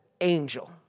angel